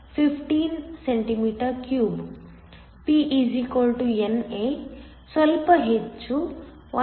1 x 1015 cm3 p NA ಸ್ವಲ್ಪ ಹೆಚ್ಚು 1